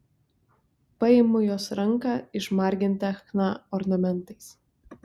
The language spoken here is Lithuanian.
paimu jos ranką išmargintą chna ornamentais